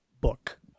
book